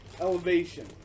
Elevation